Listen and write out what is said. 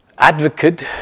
advocate